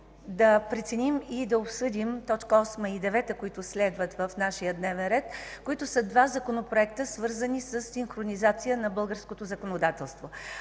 да преценим и обсъдим т. 8 и 9, които следват в нашия дневен ред, които са два законопроекта, свързани със синхронизация на българското законодателство.